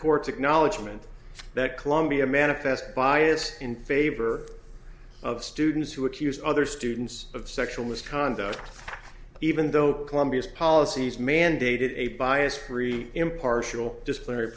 court's acknowledgment that columbia manifest bias in favor of students who accuse other students of sexual misconduct even though columbia's policies mandated a bias free impartial disciplinary